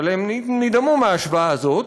אבל הם נדהמו מההשוואה הזאת,